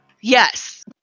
Yes